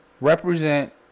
represent